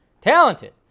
Talented